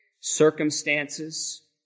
Circumstances